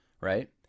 right